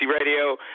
Radio